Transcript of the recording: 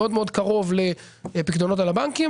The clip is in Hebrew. מאוד קרוב לפיקדונות על הבנקים,